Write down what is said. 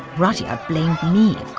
rudyard blamed me, of